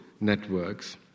networks